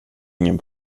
ingen